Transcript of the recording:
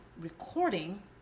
recording